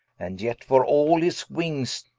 and yet for all his wings,